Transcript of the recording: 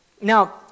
Now